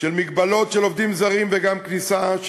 בסך הכול מבקשת להחיל על קרן קיימת את חוק חופש המידע.